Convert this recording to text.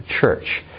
church